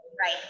Right